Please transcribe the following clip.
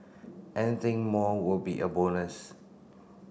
anything more will be a bonus